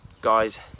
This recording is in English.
guys